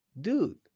dude